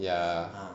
ya